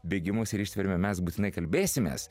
bėgimus ir ištvermę mes būtinai kalbėsimės